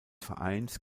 vereins